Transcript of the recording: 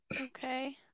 Okay